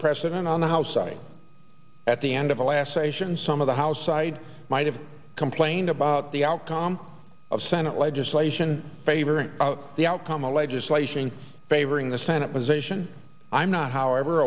precedent on the house side at the end of the last session some of the house side might have complained about the outcome of senate legislation favoring the outcome of legislation favoring the senate position i'm not however